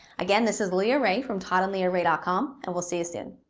again this is leahrae, from toddandleahrae dot com and we'll see you soon.